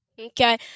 Okay